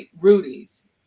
rudy's